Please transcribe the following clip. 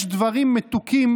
"יש דברים מתוקים,